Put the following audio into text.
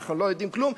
אנחנו לא יודעים כלום.